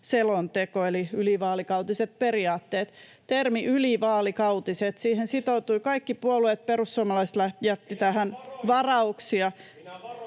selonteko eli ylivaalikautiset periaatteet. Termiin ”ylivaalikautiset” sitoutuivat kaikki puolueet, perussuomalaiset jättivät tähän varauksia.